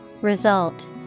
Result